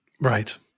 Right